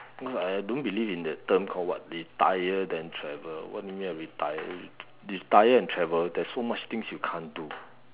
cause I don't believe in that term call what retire then travel what do you mean by retire retire and travel there's so much things you can't do